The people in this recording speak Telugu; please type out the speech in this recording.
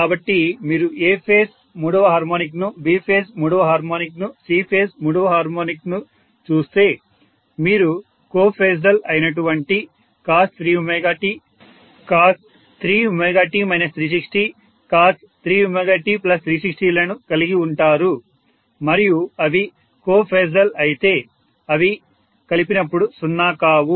కాబట్టి మీరు A ఫేజ్ మూడవ హార్మోనిక్ ను B ఫేజ్ మూడవ హార్మోనిక్ ను C ఫేజ్ మూడవ హార్మోనిక్ ను చూస్తే మీరు కో ఫాసల్ అయినటువంటి Cos3tCos3Cos3t360లను కలిగి ఉంటారు మరియు అవి కో ఫాసల్ అయితే అవి కలిపినప్పుడు 0 కావు